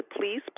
please